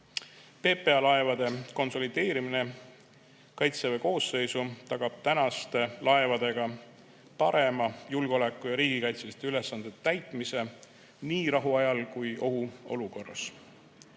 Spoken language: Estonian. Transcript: PPA laevade konsolideerimine Kaitseväe koosseisu tagab tänaste laevadega parema julgeoleku- ja riigikaitseliste ülesannete täitmise nii rahuajal kui ka